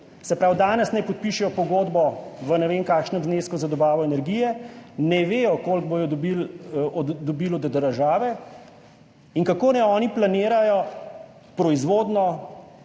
Se pravi, danes naj podpišejo pogodbo za ne vem kakšen znesek za dobavo energije, ne vedo, koliko bodo dobili od države in kako naj oni planirajo proizvodnjo,